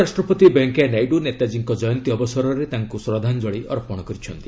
ଉପରାଷ୍ଟ୍ରପତି ଭେଙ୍କିୟା ନାଇଡ଼ୁ ନେତାଜୀଙ୍କ ଜୟନ୍ତୀ ଅବସରରେ ତାଙ୍କୁ ଶ୍ରଦ୍ଧାଞ୍ଜଳି ଅର୍ପଣ କରିଛନ୍ତି